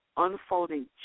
unfolding